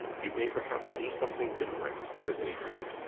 you may perhaps see something different this evening.